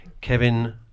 Kevin